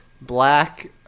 Black